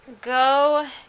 go